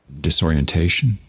disorientation